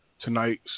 tonight's